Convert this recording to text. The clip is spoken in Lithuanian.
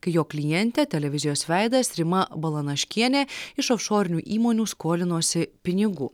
kai jo klientė televizijos veidas rima balanaškienė iš ofšorinių įmonių skolinosi pinigų